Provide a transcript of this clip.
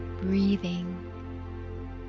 breathing